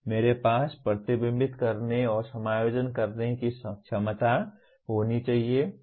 मेरे पास प्रतिबिंबित करने और समायोजन करने की क्षमता होनी चाहिए